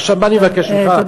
עכשיו מה אני מבקש ממך,